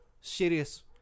Serious